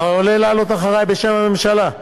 אתה עולה לענות אחרי בשם הממשלה.